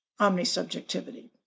omnisubjectivity